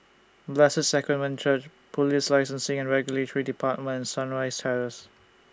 Blessed Sacrament Church Police Licensing and Regulatory department Sunrise Terrace